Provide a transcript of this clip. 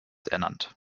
ernannt